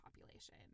population